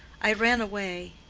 i ran away